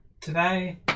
today